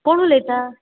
कोण उलयता